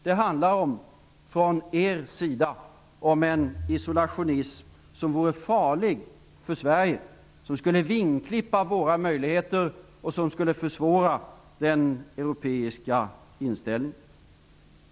Från er sida handlar det om en isolationism, som vore farlig för Sverige, som skulle vingklippa våra möjligheter och som skulle försvåra den europeiska inställningen.